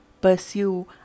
pursue